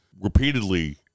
repeatedly